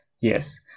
yes